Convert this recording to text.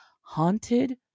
Haunted